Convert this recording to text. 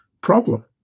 problem